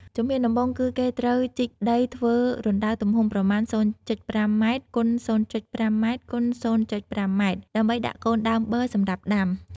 ជំហានដំបូងគឺគេត្រូវជីកដីធ្វើរណ្តៅទំហំប្រមាណ ០.៥ម x ០.៥ម x ០.៥ម ដើម្បីដាក់កូនដើមប័រសម្រាប់ដាំ។